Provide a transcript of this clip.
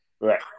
Right